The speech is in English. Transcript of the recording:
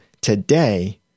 today